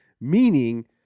Meaning